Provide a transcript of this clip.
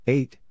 Eight